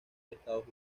estados